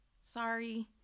Sorry